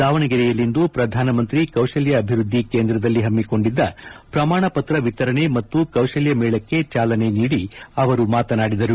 ದಾವಣಗೆರೆಯಲ್ಲಿಂದು ಪ್ರಧಾನಮಂತ್ರಿ ಕೌಶಲ್ಯ ಅಭಿವೃದ್ದಿ ಕೇಂದ್ರದಲ್ಲಿ ಹಮ್ಗಿಕೊಂಡಿದ್ದ ಪ್ರಮಾಣ ಪತ್ರ ವಿತರಣೆ ಮತ್ತು ಕೌಶಲ್ಯ ಮೇಳಕ್ಕೆ ಚಾಲನೆ ನೀಡಿ ಅವರು ಮಾತನಾಡಿದರು